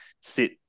sit